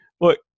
Look